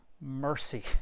mercy